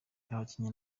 abakinnyi